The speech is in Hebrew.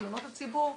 תלונות הציבור,